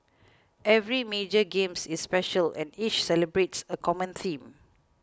every major games is special and each celebrates a common theme